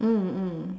mm mm